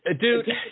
Dude